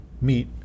meet